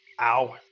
Ow